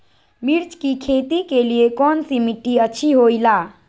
मिर्च की खेती के लिए कौन सी मिट्टी अच्छी होईला?